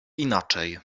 inaczej